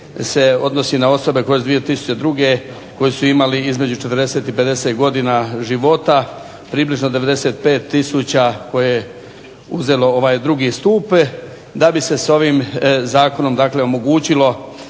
se odnosi na osobe koje su 2002. koji su imali između 40 i 50 godina života približno 95 tisuća koje je uzelo ovaj drugi stup da bi se s ovim zakonom dakle omogućilo